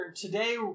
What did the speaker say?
today